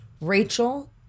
Rachel